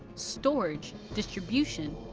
storage, distribution,